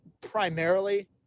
primarily